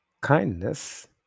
Kindness